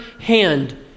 hand